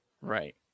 Right